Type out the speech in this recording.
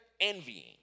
envying